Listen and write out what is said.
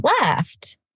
left